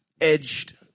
Edged